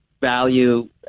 value